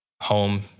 home